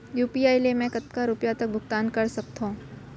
UPI ले मैं कतका रुपिया तक भुगतान कर सकथों